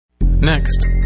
Next